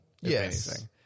Yes